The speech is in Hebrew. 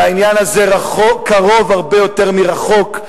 והעניין הזה קרוב הרבה יותר מרחוק.